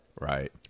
Right